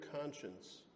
conscience